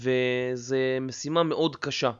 וזה משימה מאוד קשה